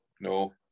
no